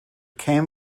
came